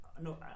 no